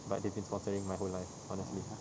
but they've been sponsoring my whole life honestly